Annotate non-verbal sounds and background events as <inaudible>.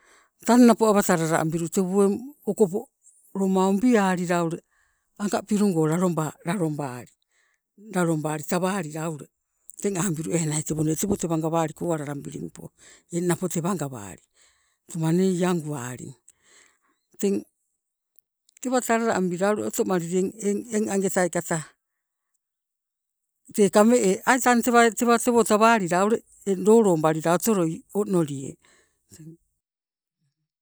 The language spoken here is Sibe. Tang napo awa talala abilu tewo eng okopo loma umbialila ule anga pilungo lalo lalobali, lalobali tawalila ule teng apambilu enai tewo nee tewo tawangawaliko owalalabilimpo eng napo tewangawali, tuma nee ianguwaling. Teng tewa talala abila ule otomalili eng ange tai kata kame <unintelligible> ai tang tewa tewo tawalila ule eng lolobalila otoloi onolie.